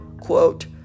quote